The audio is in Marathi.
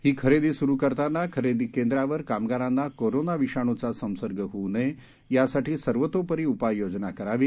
ही खरेदी सुरु करताना खरेदी केंद्रावर कामगारांना कोरोना विषाणूचा संसर्ग होऊ नये यासाठी सर्वतोपरी उपाययोजना करावी